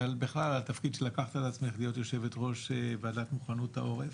ובכלל על התפקיד שלקחת על עצמך להיות יושבת-ראש ועדת מוכנות העורף.